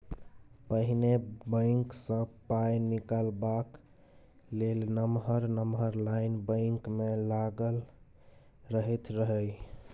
पहिने बैंक सँ पाइ निकालबाक लेल नमहर नमहर लाइन बैंक मे लागल रहैत रहय